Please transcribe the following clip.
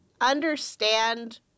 understand